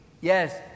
yes